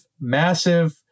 massive